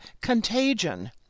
Contagion